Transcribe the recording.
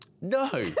No